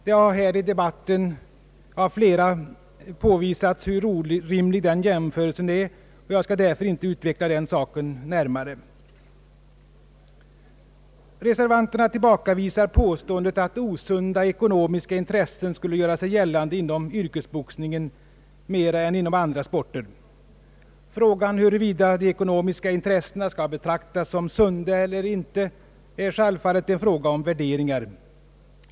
Det har här i debatten av flera talare påvisats hur orimlig den jämförelsen är. Jag skall därför inte närmare utveckla den saken. Reservanterna tillbakavisar påståendet att osunda ekonomiska intressen skulle göra sig gällande inom yrkesboxningen mer än inom andra sportgrenar. Frågan huruvida de ekonomiska intressena skall betraktas som sunda eller inte, är självfallet en fråga om värderingar.